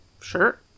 Sure